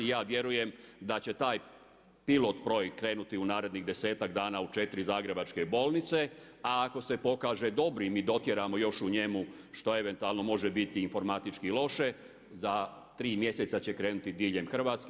Ja vjerujem da će taj pilot projekt krenuti u narednih desetak dana u četiri zagrebačke bolnice, a ako se pokaže dobrim i dotjeramo još u njemu što eventualno može bit informatički loše, za tri mjeseca će krenuti diljem Hrvatske.